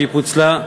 שפוצלה,